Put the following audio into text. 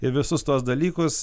i visus tuos dalykus